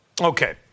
Okay